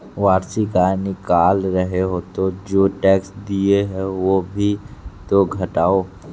वार्षिक आय निकाल रहे हो तो जो टैक्स दिए हैं वो भी तो घटाओ